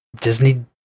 Disney